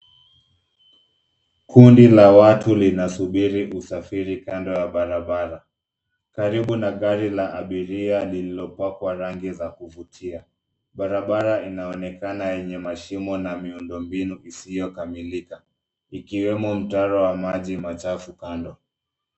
Kundi la watu linasubiri usafiri kando ya barabara, karibu na gari la abiria lililopakwa rangi za kuvutia. Barabara inaonekana yenye mashimo na miundombinu isiyokamilika, ikiwemo mtaro wa maji machafu kando.